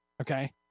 okay